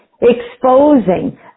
exposing